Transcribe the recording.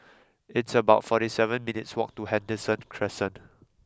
it's about forty seven minutes' walk to Henderson Crescent